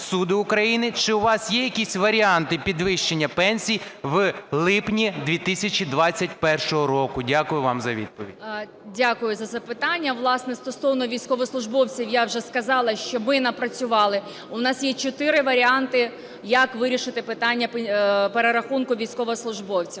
Дякую за запитання. Власне, стосовно військовослужбовців я вже сказала, що ми напрацювали, у нас є чотири варіанти, як вирішити питання перерахунку військовослужбовцям.